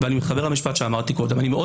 ואני מתחבר למשפט שאמרתי קודם: אני מאוד